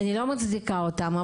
אני לא מצדיקה אותם,